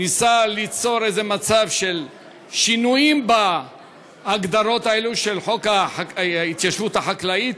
ניסה ליצור איזה מצב של שינויים בהגדרות האלו של חוק ההתיישבות החקלאית,